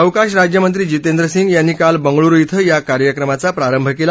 अवकाश राज्यमंत्री जितेंद्र सिंग यांनी काल बंगळुरु इथं या कार्यक्रमाचा प्रारंभ केला